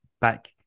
back